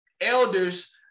elders